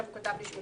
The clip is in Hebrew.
אם